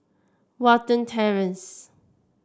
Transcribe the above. Watten Terrace